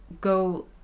go